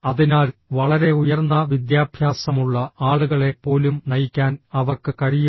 അതിനാൽ വളരെ ഉയർന്ന വിദ്യാഭ്യാസമുള്ള ആളുകളെ പോലും നയിക്കാൻ അവർക്ക് കഴിയും